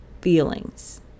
feelings